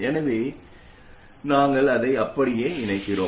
எனவே நாங்கள் அதை அப்படியே இணைக்கிறோம்